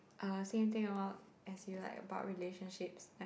I got the same thing lor as you like about relationships like